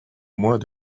mois